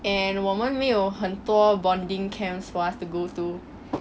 and 我们没有很多 bonding camps for us to go to